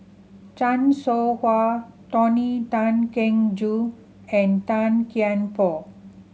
Chan Soh Ha Tony Tan Keng Joo and Tan Kian Por